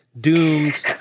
doomed